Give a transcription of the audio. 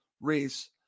Reese